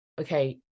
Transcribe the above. okay